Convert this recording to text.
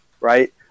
right